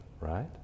right